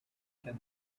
can